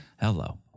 Hello